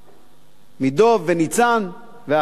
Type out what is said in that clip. דב, ניצן ואחרים,